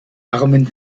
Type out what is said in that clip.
armen